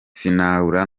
sinabura